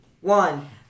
one